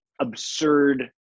absurd